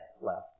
left